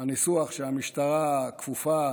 הניסוח שהמשטרה כפופה